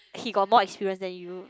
he got more experience than you